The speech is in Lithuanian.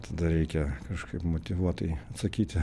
tada reikia kažkaip motyvuotai atsakyti